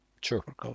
sure